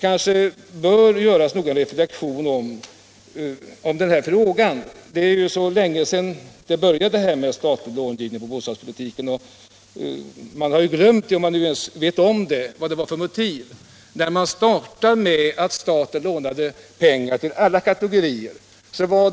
Kanske bör det göras någon rekapitulation av frågan. Det är ju så länge sedan man började med statlig långivning inom bostadspolitiken, och många har glömt — om de ens vet om det — vad det var för motiv som låg bakom när staten startade med att låna pengar till alla kategorier på området.